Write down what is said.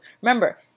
Remember